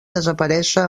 desaparèixer